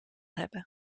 hebben